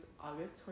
August